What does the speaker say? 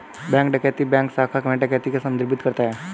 bank डकैती bank शाखा में डकैती को संदर्भित करता है